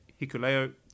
Hikuleo